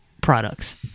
products